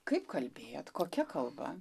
kaip kalbėjot kokia kalba